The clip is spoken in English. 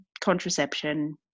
contraception